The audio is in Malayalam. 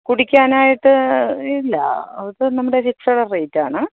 കുടിക്കാനായിട്ട് ഇല്ല ഇത് നമ്മുടെ ഫിക്സഡ് റേറ്റ് ആണ്